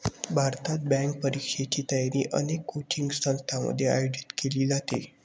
भारतात, बँक परीक्षेची तयारी अनेक कोचिंग संस्थांमध्ये आयोजित केली जाते